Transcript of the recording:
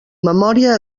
memòria